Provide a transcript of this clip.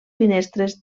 finestres